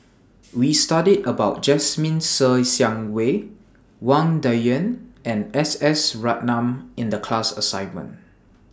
We studied about Jasmine Ser Xiang Wei Wang Dayuan and S S Ratnam in The class assignment